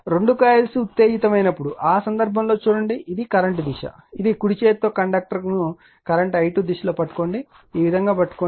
రెండు కాయిల్స్ ఉత్తేజితమైనప్పుడు ఆ సందర్భంలో చూడండి ఇది కరెంట్ దిశ ఇది కుడి చేతితో కండక్టర్ను కరెంట్ i2 దిశలో పట్టుకోండి ఈ విధం గా పట్టుకోండి